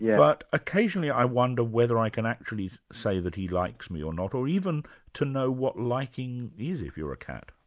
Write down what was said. but occasionally i wonder whether i can actually say that he likes me or not or even to know what liking is, if you're a cat.